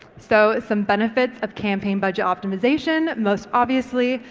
so some benefits of campaign budget optimisation. most obviously,